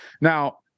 Now